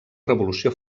revolució